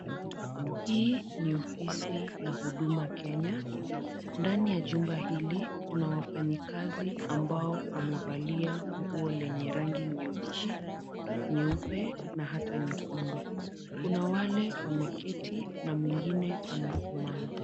Hii ni ofisi la Huduma Kenya. Ndani ya jumba hili kuna wafanyikazi ambao wamevalia nguo lenye rangi nyeusi, nyeupe na hata nyekundu. Kuna wale wameketi na mwingine amesimama.